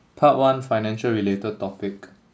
part one financial related topic